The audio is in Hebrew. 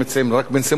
רק בן-סימון נמצא פה.